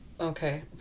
Okay